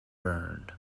burned